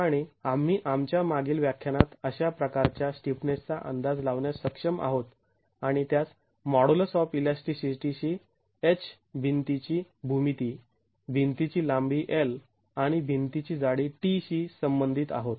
आणि आम्ही आमच्या मागील व्याख्यानात अशा प्रकारच्या स्टिफनेसचा अंदाज लावण्यास सक्षम आहोत आणि त्यास मॉड्यूलस ऑफ ईलास्टीसिटीशी H भिंतीची भूमिती भिंतीची लांबी L आणि भिंतीची जाडी t शी संबंधित आहोत